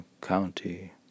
county